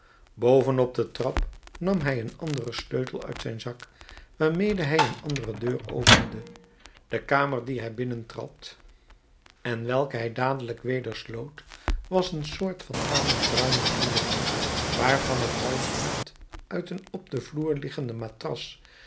op de trap nam hij een anderen sleutel uit zijn zak waarmede hij een andere deur opende de kamer die hij binnentrad en welke hij dadelijk weder sloot was een soort van tamelijk ruime vliering waarvan het huisraad uit een op den vloer liggende matras